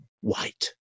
White